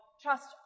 Trust